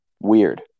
weird